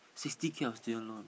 sixty K of student loan